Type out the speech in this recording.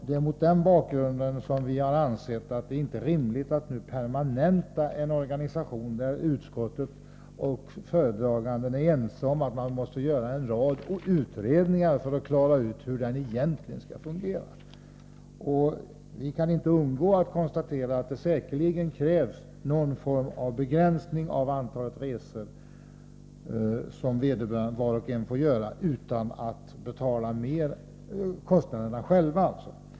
Det är mot den bakgrunden som vi har ansett att det inte är rimligt att nu permanenta en organisation om vilken utskottet och föredragande departementschefen är ense att man måste göra en rad utredningar för att klara ut hur den egentligen skall fungera. Vi kan inte undgå att konstatera att det säkerligen krävs någon form av begränsning av antalet resor som var och en får göra utan att själv betala kostnaderna.